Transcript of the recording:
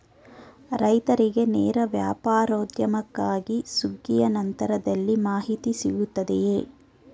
ರೈತರಿಗೆ ನೇರ ವ್ಯಾಪಾರೋದ್ಯಮಕ್ಕಾಗಿ ಸುಗ್ಗಿಯ ನಂತರದಲ್ಲಿ ಮಾಹಿತಿ ಸಿಗುತ್ತದೆಯೇ?